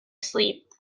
sleep